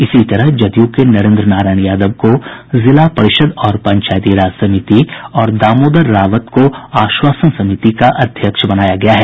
इसी तरह जदयू के नरेन्द्र नारायण यादव को जिला परिषद और पंचायती राज समिति और दामोदर रावत को आश्वासन समिति का अध्यक्ष बनाया गया है